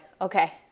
Okay